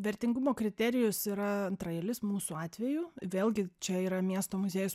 vertingumo kriterijus yra antraeilis mūsų atveju vėlgi čia yra miesto muziejus